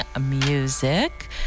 music